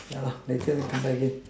ya lah later then come back again